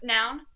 Noun